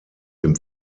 dem